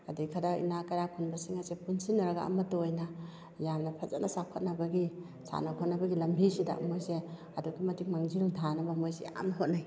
ꯑꯗꯩ ꯈꯔ ꯏꯅꯥꯛ ꯀꯩꯔꯥꯛ ꯈꯨꯟꯕꯁꯤꯡ ꯑꯁꯦ ꯄꯨꯟꯁꯤꯟꯅꯔꯒ ꯑꯃꯇ ꯑꯣꯏꯅ ꯌꯥꯝꯅ ꯐꯖꯟꯅ ꯆꯥꯎꯈꯠꯅꯕꯒꯤ ꯁꯥꯟꯅ ꯈꯣꯠꯅꯕꯒꯤ ꯂꯝꯕꯤꯁꯤꯗ ꯃꯣꯏꯁꯦ ꯑꯗꯨꯛꯀꯤ ꯃꯇꯤꯛ ꯃꯥꯡꯖꯤꯜ ꯊꯥꯅꯕ ꯃꯣꯏꯁꯦ ꯌꯥꯝ ꯍꯣꯠꯅꯩ